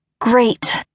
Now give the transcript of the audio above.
Great